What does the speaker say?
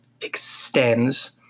extends